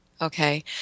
Okay